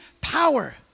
power